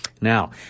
Now